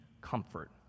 comfort